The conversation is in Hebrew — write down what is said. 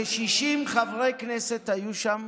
כ-60 חברי כנסת היו שם